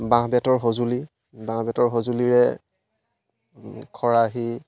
বাঁহ বেতৰ সঁজুলি বাঁহ বেতৰ সঁজুলিৰে খৰাহী